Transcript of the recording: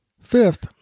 Fifth